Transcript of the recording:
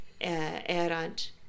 erant